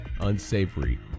unsavory